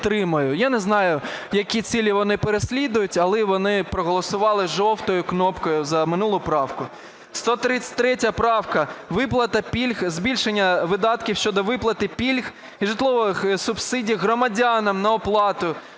Я не знаю, які цілі вони переслідують, але вони проголосували жовтою кнопкою за минулу правку. 133 правка. Виплата пільг, збільшення видатків щодо виплати пільг житлових субсидій громадянам на оплату